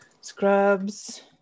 Scrubs